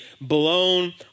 blown